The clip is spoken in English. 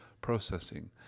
processing